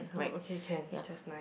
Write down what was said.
oh okay can just nice